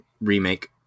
remake